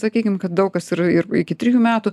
sakykim kad daug kas ir ir iki trijų metų